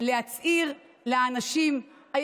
קודם כול אני אזכיר את השם שלך,